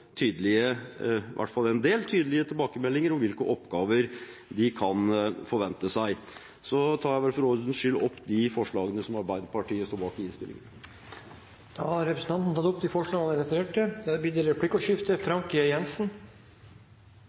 tydelige tilbakemeldinger om hvilke oppgaver de kan forvente seg. Jeg tar for ordens skyld opp de forslagene som Arbeiderpartiet står bak i innstillingen. Da har representanten Stein Erik Lauvås tatt opp de forslagene han refererte til. Det blir replikkordskifte. Det